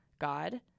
God